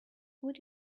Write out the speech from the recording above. would